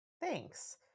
Thanks